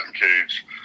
cage